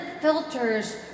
filters